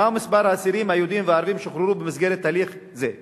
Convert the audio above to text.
2. מה הוא מספר האסירים היהודים והערבים ששוחררו במסגרת הליך זה?